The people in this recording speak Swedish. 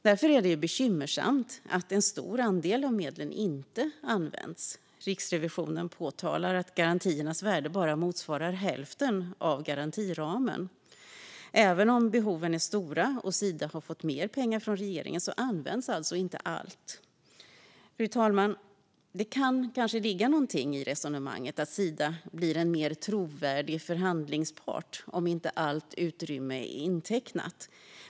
Det är därför bekymmersamt att en stor andel av medlen inte används. Riksrevisionen påtalar att garantiernas värde bara motsvarar hälften av garantiramen. Även om behoven är stora och Sida har fått mer pengar från regeringen används alltså inte allt. Fru talman! Det kan kanske ligga något i resonemanget att Sida blir en mer trovärdig förhandlingspart om inte allt utrymme är intecknat.